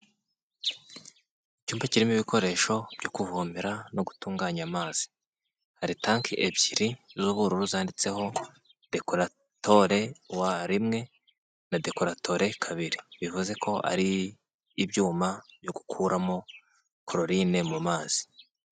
Icyumba kirimo ibikoresho byo kuvomera no gutunganya amazi hari tank ebyiri z'ubururu zanditseho decoratole wa rimwe na decoratole kabiri bivuze ko ari ibyuma byo gukuramo kororine mu mazi.